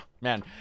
man